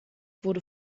wurde